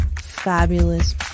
fabulous